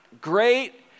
great